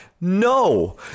No